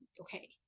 okay